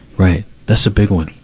right. that's a big one.